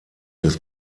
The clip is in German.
des